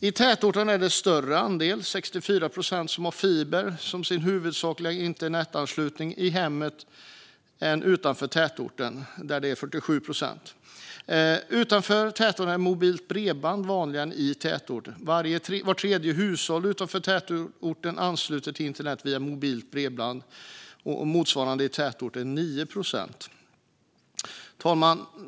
I tätorter är det en större andel - 64 procent - som har fiber som sin huvudsakliga internetanslutning i hemmet än utanför tätorterna, där det är 47 procent. Utanför tätorterna är mobilt bredband vanligare än i tätorterna. Vart tredje hushåll utanför tätorterna ansluter till internet via mobilt bredband. Motsvarande i tätorter är 9 procent. Fru talman!